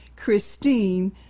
Christine